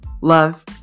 love